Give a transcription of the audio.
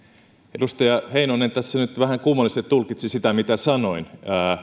edustaja heinonen tässä nyt vähän kummallisesti tulkitsi sitä mitä sanoin